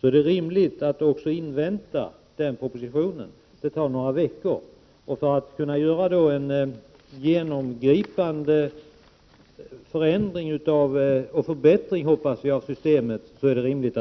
är det rimligt att invänta denna proposition, som kommer om några veckor, för att vi skall kunna göra en genomgripande förändring och förbättring av systemet.